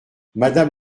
madame